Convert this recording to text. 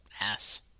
ass